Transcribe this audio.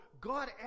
God